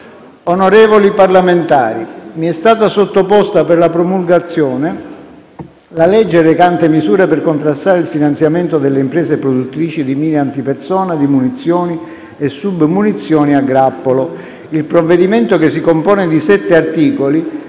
Onorevoli Parlamentari, mi è stata sottoposta, per la promulgazione, la legge recante "Misure per contrastare il finanziamento delle imprese produttrici di mine antipersona, di munizioni e submunizioni a grappolo". Il provvedimento (che si compone di sette articoli)